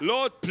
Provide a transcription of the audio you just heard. Lord